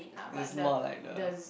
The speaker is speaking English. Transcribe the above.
this is more like the